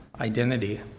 identity